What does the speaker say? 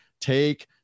take